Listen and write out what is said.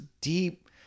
deep